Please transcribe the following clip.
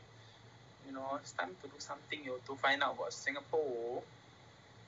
you know it's time to do something you to find out about singapore